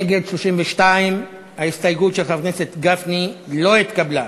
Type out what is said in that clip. נגד, 32. ההסתייגות של חבר הכנסת גפני לא התקבלה.